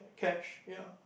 cash ya